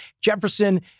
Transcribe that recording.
Jefferson